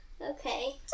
Okay